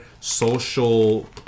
social